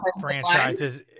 franchises